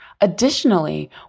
Additionally